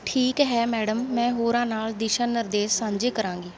ਠੀਕ ਹੈ ਮੈਡਮ ਮੈਂ ਹੋਰਾਂ ਨਾਲ ਦਿਸ਼ਾ ਨਿਰਦੇਸ਼ ਸਾਂਝੇ ਕਰਾਂਗੀ